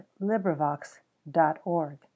LibriVox.org